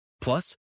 Plus